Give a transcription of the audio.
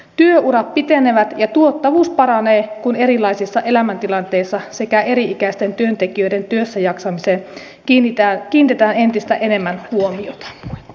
työurat pitenevät ja tuottavuus paranee kun erilaisiin elämäntilanteisiin sekä eri ikäisten työntekijöiden työssäjaksamiseen kiinnitetään entistä enemmän huomiota